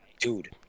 Dude